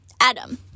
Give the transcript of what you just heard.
Adam